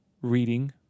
reading